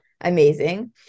amazing